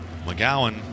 McGowan